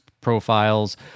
profiles